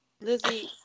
Lizzie